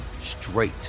straight